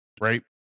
right